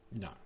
No